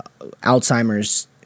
Alzheimer's